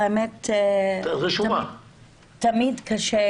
תמיד קשה